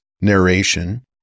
narration